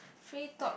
free talk